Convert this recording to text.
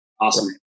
Awesome